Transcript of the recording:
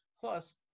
Plus